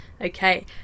Okay